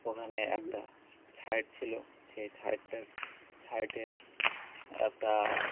ওখানে একটা সাইড ছিলো সেই ফোরম্যান ডটা সাইডে একটা